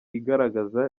igaragaza